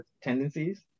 tendencies